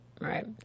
right